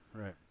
right